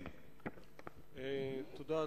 תודה,